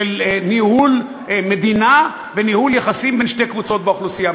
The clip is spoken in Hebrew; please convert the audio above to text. ניהול מדינה וניהול יחסים בין שתי קבוצות באוכלוסייה,